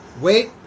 Wait